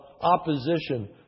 opposition